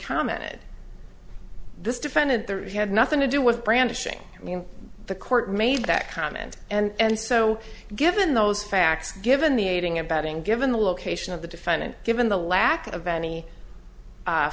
commented this defendant there had nothing to do with brandishing i mean the court made that comment and so given those facts given the aiding abetting given the location of the defendant given the lack of any